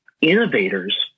Innovators